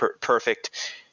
perfect